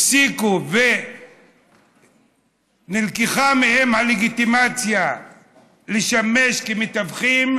הפסיקו ונלקחה מהם הלגיטימציה לשמש כמתווכים,